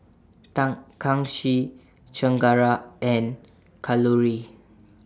Tan Kanshi Chengara and Kalluri